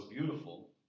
beautiful